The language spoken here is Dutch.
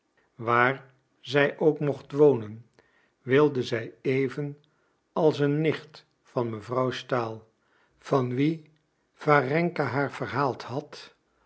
waar zij ook mocht wonen wilde zij even als een nicht van mevrouw stahl van wie warenka haar verhaald had